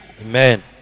Amen